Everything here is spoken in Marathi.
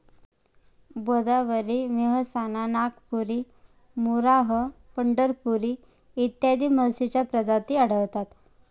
भदावरी, मेहसाणा, नागपुरी, मुर्राह, पंढरपुरी इत्यादी म्हशींच्या प्रजाती आढळतात